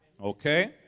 okay